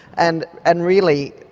and and really,